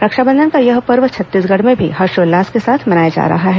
रक्षाबंधन का यह पर्व छत्तीसगढ़ में भी हर्षोल्लास से मनाया जा रहा है